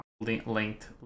linked